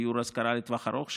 דיור השכרה לטווח ארוך,